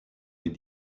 les